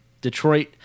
Detroit